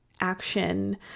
action